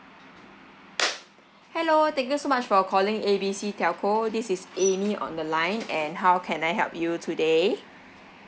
hello thank you so much for calling A B C telco this is amy on the line and how can I help you today